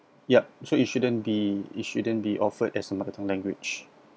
ya so it shouldn't be it shouldn't be offered as a mother tongue language